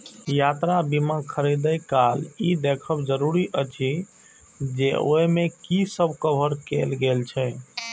यात्रा बीमा खरीदै काल ई देखब जरूरी अछि जे ओइ मे की सब कवर कैल गेल छै